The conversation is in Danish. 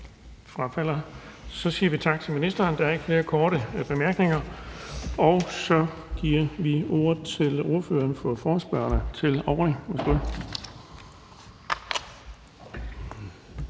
Så siger vi tak til ministeren. Der er ikke flere korte bemærkninger. Så giver vi ordet til ordføreren for forespørgerne til